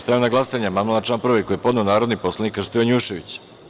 Stavljam na glasanje amandman na član 2. koji je podneo narodni poslanik Krsto Janjušević.